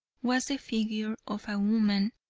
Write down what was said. was the figure of a woman,